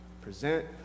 present